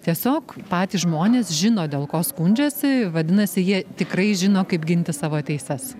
tiesiog patys žmonės žino dėl ko skundžiasi vadinasi jie tikrai žino kaip ginti savo teises